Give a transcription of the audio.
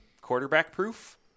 quarterback-proof